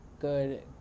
good